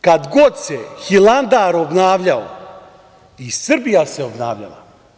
Kad god se Hilandar obnavljao i Srbija se obnavljala.